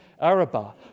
Arabah